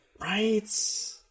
Right